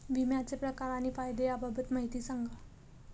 विम्याचे प्रकार आणि फायदे याबाबत माहिती सांगा